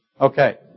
Okay